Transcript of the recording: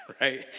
right